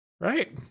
Right